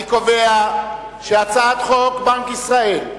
אני קובע שחוק בנק ישראל,